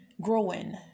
growing